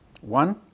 One